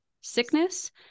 sickness